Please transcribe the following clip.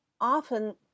often